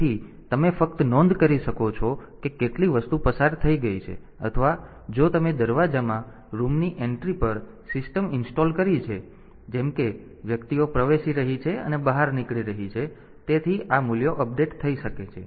તેથી તમે ફક્ત નોંધ કરી શકો છો કે કેટલી વસ્તુઓ પસાર થઈ ગઈ છે અથવા જો તમે દરવાજામાં રૂમની એન્ટ્રી પર સિસ્ટમ ઇન્સ્ટોલ કરી છે જેમ કે વ્યક્તિઓ પ્રવેશી રહી છે અને બહાર નીકળી રહી છે તેથી આ મૂલ્યો અપડેટ થઈ શકે છે